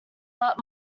but